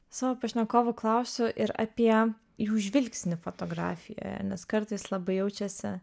savo pašnekovų klausiu ir apie jų žvilgsnį fotografijoje nes kartais labai jaučiasi